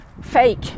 fake